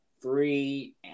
three